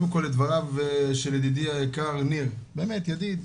קודם כל, לדבריו של ידידי היקר ניר, באמת ידיד,